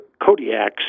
Kodiaks